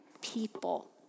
people